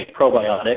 probiotic